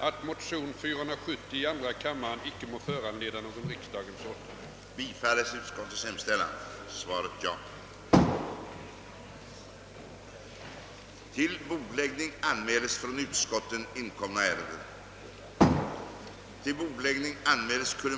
Herr talman! Jag tycker att det är heroiskt att sex talare går upp och talar i ett ärende i vilket för första gången alla partier varit ense om att avstyrka åtta motioner i samma ämne. Jag är mycket tacksam för enigheten i utskottet. Med detta yrkar